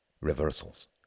reversals